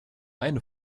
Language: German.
eine